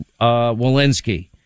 Walensky